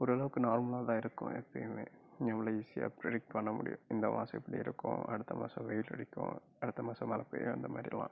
ஓரளவுக்கு நார்மலாகதான் இருக்கும் எப்பவுமே அதனால ஈசியாக பிரிக்ட் பண்ண முடியும் இந்த மாதம் இப்படி இருக்கும் அடுத்த மாதம் வெயில் அடிக்கும் அடுத்த மாதம் மழை பெய்யும் அந்த மாதிரிலாம்